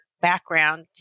background